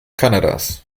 kanadas